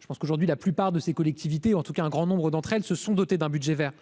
je pense qu'aujourd'hui la plupart de ces collectivités, en tout cas un grand nombre d'entre elles se sont dotés d'un budget Vert